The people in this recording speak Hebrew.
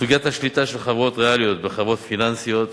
סוגיית השליטה של חברות ריאליות וחברות פיננסיות,